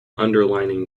underlying